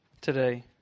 today